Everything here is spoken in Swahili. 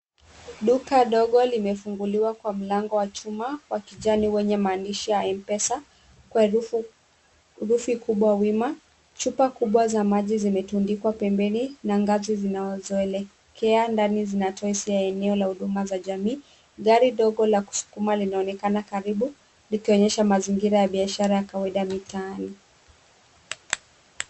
Duka dogo limefunguliwa kwa mlango wa chuma wa kijani wenye maandisha ya M-Pesa kwa herufi kubwa wima. Chupa kubwa za maji zimetundikwa pembeni na ngazi zinazoelekea ndani zinatosha eneo la huduma za jamii. Gari ndogo la kusukuma linaonekana karibu likionyesha mazingira ya biashara ya kawaida mtaani.